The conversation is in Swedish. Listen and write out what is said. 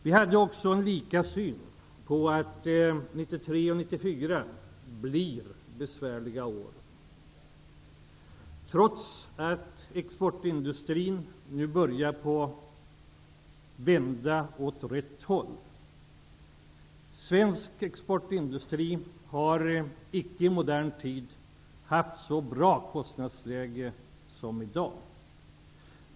Vi hade också en lika uppfattning om att 1993 och 1994 kommer att bli besvärliga år, trots att utvecklingen för exportindustrin börjar vända åt rätt håll. Svensk exportindustri har i modern tid icke haft så bra kostnadsläge som i dag.